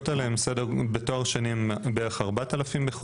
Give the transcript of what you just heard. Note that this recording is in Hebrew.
סדר הגודל של המלגות בתואר שני הן בשווי של בערך כ-4,000 שקלים,